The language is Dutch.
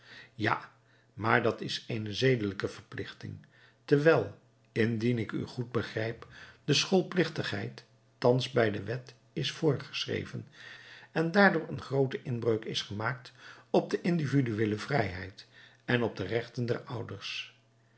ja maar dat is eene zedelijke verplichting terwijl indien ik u goed begrijp de schoolplichtigheid thans bij de wet is voorgeschreven en daardoor een groote inbreuk is gemaakt op de individueele vrijheid en op de rechten der ouders